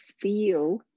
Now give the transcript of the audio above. feel